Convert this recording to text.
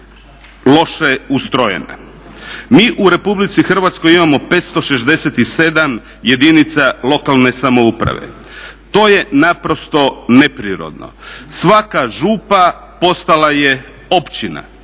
loše ustrojena. Mi u Republici Hrvatskoj imamo 567 jedinica lokalne samouprave. To je naprosto neprirodno. Svaka župa postala je općina,